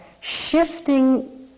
shifting